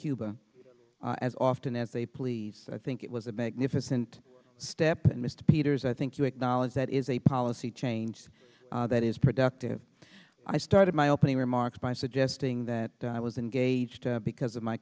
cuba as often as they please i think it was a magnificent step and mr peters i think you acknowledge that is a policy change that is productive i started my opening remarks by suggesting that i was engaged because of my